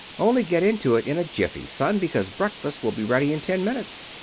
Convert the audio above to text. only get into it in a jiffy, son, because breakfast will be ready in ten minutes.